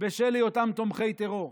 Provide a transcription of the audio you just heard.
בשל היותם תומכי טרור.